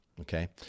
Okay